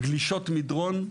גלישות מדרון,